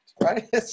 right